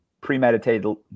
premeditated